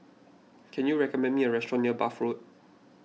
can you recommend me a restaurant near Bath Road